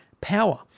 Power